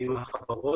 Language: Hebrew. עם החברות.